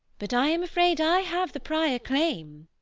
but i am afraid i have the prior claim.